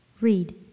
read